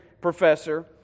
professor